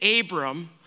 Abram